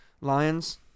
Lions